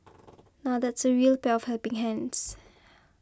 now that's a real pair of helping hands